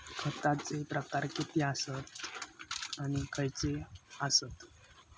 खतांचे प्रकार किती आसत आणि खैचे आसत?